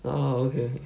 ah okay